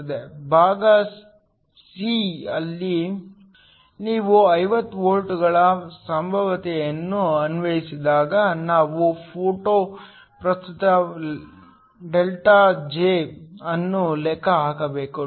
ಭಾಗ ಸಿ ಯಲ್ಲಿ ನೀವು 50 ವೋಲ್ಟ್ಗಳ ಸಂಭಾವ್ಯತೆಯನ್ನು ಅನ್ವಯಿಸಿದಾಗ ನಾವು ಫೋಟೋ ಪ್ರಸ್ತುತ ΔJ ಅನ್ನು ಲೆಕ್ಕ ಹಾಕಬೇಕು